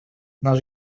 наш